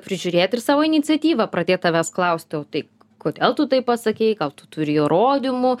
prižiūrėt ir savo iniciatyva pradėt savęs klausti o tai kodėl tu taip pasakei gal tu turi įrodymų